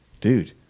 Dude